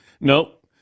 nope